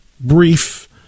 brief